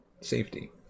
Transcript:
safety